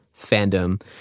fandom